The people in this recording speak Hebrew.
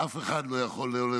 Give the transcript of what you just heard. אף אחד לא יכול לזלזל